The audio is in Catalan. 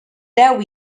deu